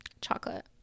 Chocolate